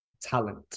talent